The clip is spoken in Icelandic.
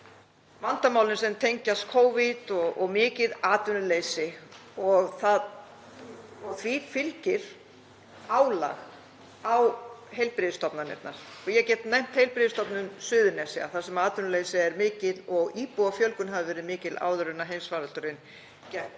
vandamálin sem tengjast Covid og mikið atvinnuleysi og því fylgir álag á heilbrigðisstofnanirnar. Ég get nefnt Heilbrigðisstofnun Suðurnesja þar sem atvinnuleysi er mikið og íbúafjölgun hafði verið mikil áður en heimsfaraldurinn gekk